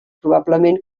probablement